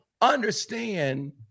understand